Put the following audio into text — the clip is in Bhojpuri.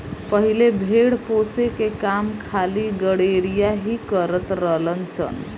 पहिले भेड़ पोसे के काम खाली गरेड़िया ही करत रलन सन